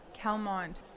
Calmont